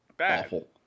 awful